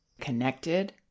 connected